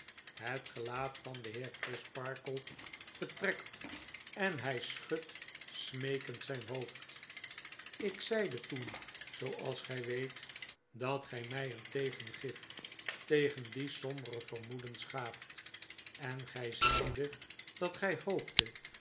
het gelaat van den heer crisparkle betrekt en hy schudt smeekend zyn hoofd ik zeide toen zooals gy weet dat gy mij een tegengif tegen die sotnbere vermoedens gaaft en gy zeidet dat gy hooptet